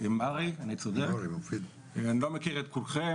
אני לא מכיר את כולכם.